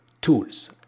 tools